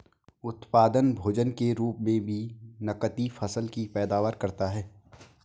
उत्पादक भोजन के रूप मे भी नकदी फसल की पैदावार करता है